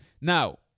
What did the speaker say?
Now